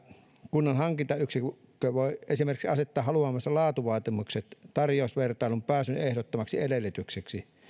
kunnan hankintayksikkö voi esimerkiksi asettaa haluamansa laatuvaatimukset tarjousvertailuun pääsyn ehdottomaksi edellytykseksi